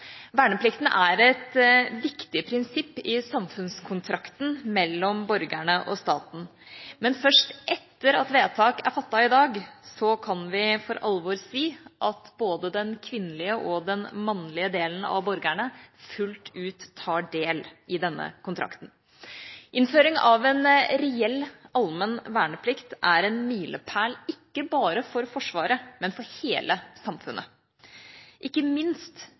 Verneplikten er et viktig prinsipp i samfunnskontrakten mellom borgerne og staten. Men først etter at vedtak er fattet i dag, kan vi for alvor si at både den kvinnelige og den mannlige delen av borgerne fullt ut tar del i denne kontrakten. Innføring av en reell allmenn verneplikt er en milepæl ikke bare for Forsvaret, men for hele samfunnet. Ikke minst